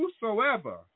whosoever